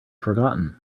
forgotten